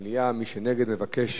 מי שבעד הוא בעד דיון במליאה, מי שנגד מבקש